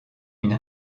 une